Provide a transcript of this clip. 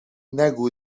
نگو